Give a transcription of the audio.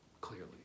clearly